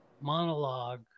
monologue